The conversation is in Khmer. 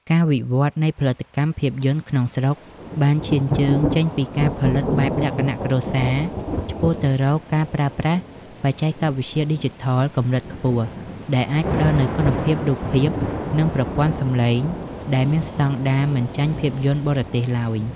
ការវិវត្តនៃផលិតកម្មភាពយន្តក្នុងស្រុកបានឈានជើងចេញពីការផលិតបែបលក្ខណៈគ្រួសារ ឆ្ពោះទៅរកការប្រើប្រាស់បច្ចេកវិទ្យាឌីជីថលកម្រិតខ្ពស់ ដែលអាចផ្ដល់នូវគុណភាពរូបភាព និងប្រព័ន្ធសំឡេងដែលមានស្ដង់ដារមិនចាញ់ភាពយន្តបរទេសឡើយ។